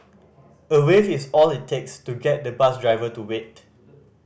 a wave is all it takes to get the bus driver to wait